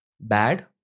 Bad